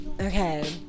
okay